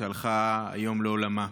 שהלכה היום לעולמה.